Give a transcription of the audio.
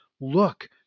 look